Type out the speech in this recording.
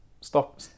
stop